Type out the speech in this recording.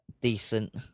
decent